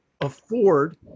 afford